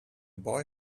boy